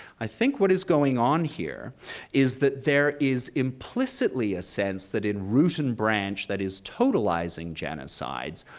i think what is going on here is that there is implicitly a sense that in root and branch, that is totalizing genocides,